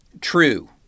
true